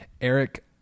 Eric